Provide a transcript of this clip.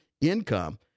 income